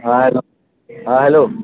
ہاں ہیلو ہاں ہیلو